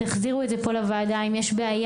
תחזירו את זה לוועדה אם יש בעיה,